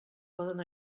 poden